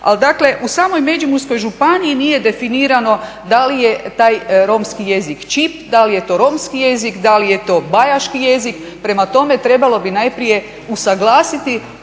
u samoj Međimurskoj županiji nije definirano da li je taj romski jezik čip, da li je to romski jezik, da li je to bajaški jezik. Prema tome, trebalo bi najprije usuglasiti